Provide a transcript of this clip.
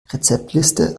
rezeptliste